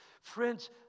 Friends